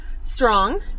strong